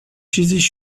چیزیش